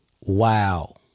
wow